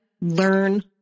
learn